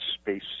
space